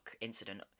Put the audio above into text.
incident